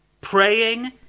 praying